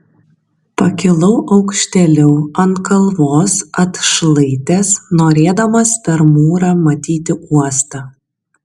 pakilau aukštėliau ant kalvos atšlaitės norėdamas per mūrą matyti uostą